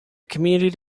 community